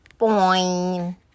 Boing